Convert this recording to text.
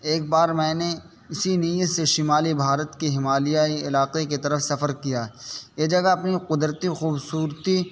ایک بار میں نے اسی نیت سے شمالی بھارت کے ہمالیائی علاقے کی طرف سفر کیا یہ جگہ اپنی قدرتی خوبصورتی